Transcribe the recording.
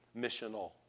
missional